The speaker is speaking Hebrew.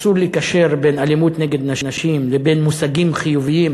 אסור לקשר בין אלימות נגד נשים ובין מושגים חיוביים